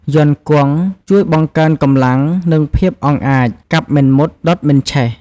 យ័ន្តគង់ ជួយបង្កើនកម្លាំង និងភាពអង់អាច កាប់មិនមុត ដុតមិនឆេះ។